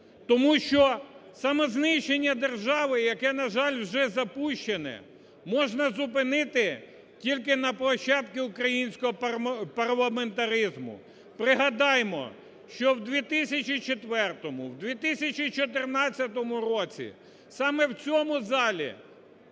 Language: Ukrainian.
Тому що самознищення держави, яке, на жаль, вже запущене, можна зупинити тільки на площадке українського парламентаризму. Пригадаємо, що в 2004-му, в 2014 році саме в цьому залі